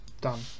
done